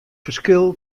ferskil